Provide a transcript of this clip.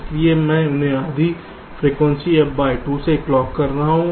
इसलिए मैं उन्हें आधी फ्रीक्वेंसी f बाय 2 से क्लॉक कर रहा हूं